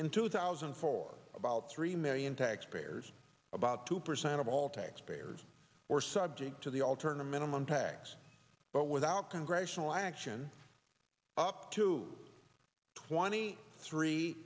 in two thousand for about three million taxpayers about two percent of all taxpayers or subject to the alternative minimum tax but without congressional action up to twenty three